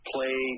Play